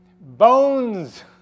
bones